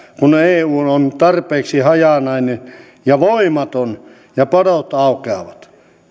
kun eu on tarpeeksi hajanainen ja voimaton ja padot aukeavat